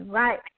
right